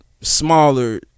smaller